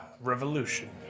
Revolution